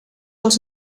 els